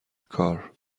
کار